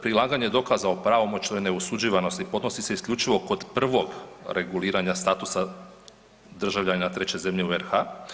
Prilaganje dokaza o pravomoćnoj neosuđivanosti podnosi se isključivo kod prvog reguliranja statusa državljanina treće zemlje u RH.